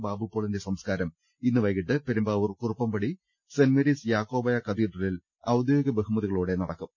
ബാബുപോ ളിന്റെ സംസ്കാരം ഇന്ന് വൈകിട്ട് പെരുമ്പാവൂർ കുറുപ്പം പടി സെന്റ് മേരീസ് യാക്കോബായ കത്തീഡ്രലിൽ ഔദ്യോ ഗിക ബഹുമതികളോടെ നടത്തും